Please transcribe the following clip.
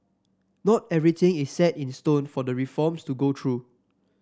not everything is set in stone for the reforms to go through